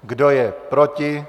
Kdo je proti?